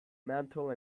mantel